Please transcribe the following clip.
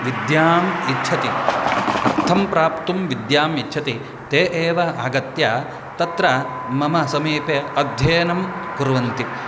विद्याम् इच्छति अर्थं प्राप्तुं विद्याम् इच्छति ते एव आगत्य तत्र मम समीपे अध्ययनं कुर्वन्ति